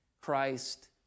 Christ